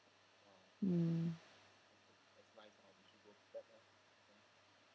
mm